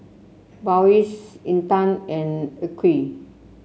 Balqis Intan and Aqil